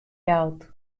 jout